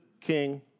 king